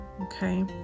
okay